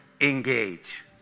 engage